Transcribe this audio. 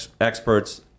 experts